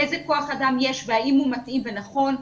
איזה כוח אדם יש והאם הוא מתאים ונכון,